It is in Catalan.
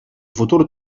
futur